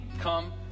Come